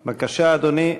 בבקשה, אדוני.